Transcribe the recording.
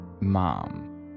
mom